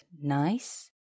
nice